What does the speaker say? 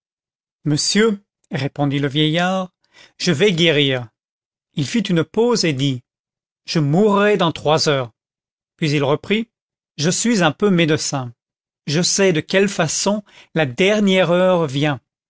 monsieur répondit le vieillard je vais guérir il fit une pause et dit je mourrai dans trois heures puis il reprit je suis un peu médecin je sais de quelle façon la dernière heure vient